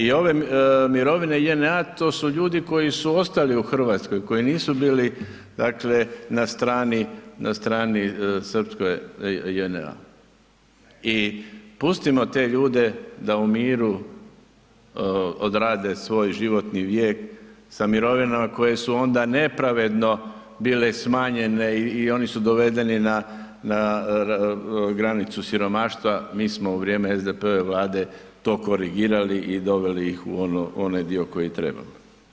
I ove mirovine JNA, to su ljudi koji su ostali u Hrvatskoj, koji nisu bili dakle na stranci srpske JNA i pustimo te ljude da u miru odrade svoj životni vijek sa mirovinama koje su onda nepravedno bile smanjene i oni su dovedeni na granicu siromaštva, mi smo u vrijeme SDP-ove Vlade to korigirali i doveli ih u onaj dio koji treba.